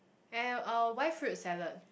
and uh why fruit salad